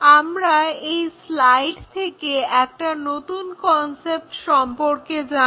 আমরা এই স্লাইড থেকে একটা নতুন কনসেপ্ট সম্পর্কে জানব